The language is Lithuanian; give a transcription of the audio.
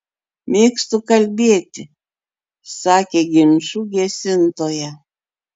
mėgstu kalbėti sakė ginčų gesintoja